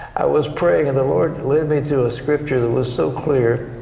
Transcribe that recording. i was praying and the lord led me to a scripture that was so clear.